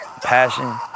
passion